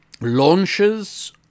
launches